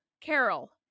Carol